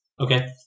Okay